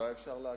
אני גם